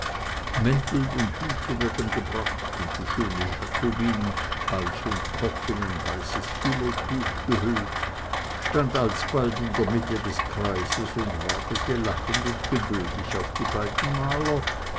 mäntel und hüte wurden gebracht und die schöne jakobine hals und kopf in ein weißes filettuch gehüllt stand alsbald in der mitte des kreises und wartete lachend und geduldig auf die beiden maler